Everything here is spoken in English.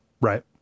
right